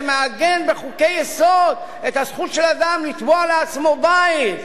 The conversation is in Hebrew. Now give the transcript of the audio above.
שמעגן בחוקי-יסוד את הזכות של אדם לתבוע לעצמו בית,